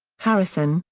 harrison,